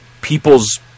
people's